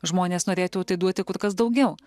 žmonės norėtų atiduoti kur kas daugiau